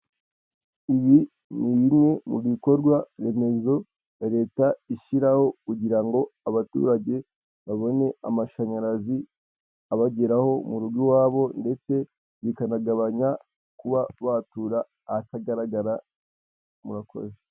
Ibi ni bimwe mu bikorwa remezo na leta ishyiraho kugira ngo abaturage babone amashanyarazi abageraho mu rugo iwabo ndetse bikanagabanya kuba watura ahatagaragara, murakoze.